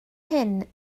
hyn